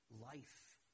life